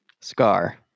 Scar